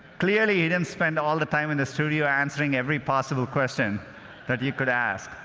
clearly, he didn't spend all the time in the studio answering every possible question that you could ask.